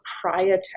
proprietary